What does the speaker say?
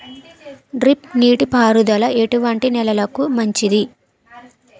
Drip నీటి పారుదల ఎటువంటి నెలలకు మంచిది?